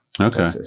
okay